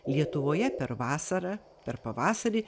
lietuvoje per vasarą per pavasarį